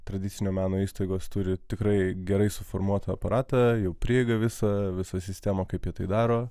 tradicinio meno įstaigos turi tikrai gerai suformuotą aparatą jų prieigą visą visą sistemą kaip jie tai daro